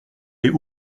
les